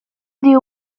the